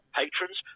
patrons